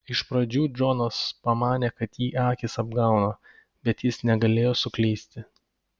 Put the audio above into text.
iš pradžių džonas pamanė kad jį akys apgauna bet jis negalėjo suklysti